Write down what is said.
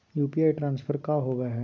UPI transfer का होव हई?